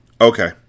okay